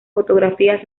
fotografías